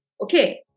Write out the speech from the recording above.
Okay